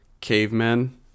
cavemen